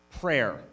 Prayer